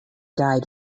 died